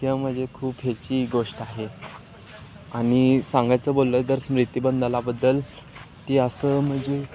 हे म्हणजे खूप याची गोष्ट आहे आणि सांगायचं बोललं तर स्मृति बंधालाबद्दल ती असं म्हणजे